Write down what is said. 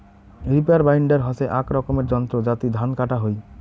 reaper binder হসে আক রকমের যন্ত্র যাতি ধান কাটা হই